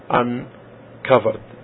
uncovered